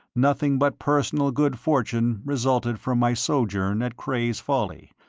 nothing but personal good fortune resulted from my sojourn at cray's folly,